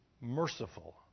merciful